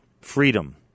freedom